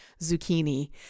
zucchini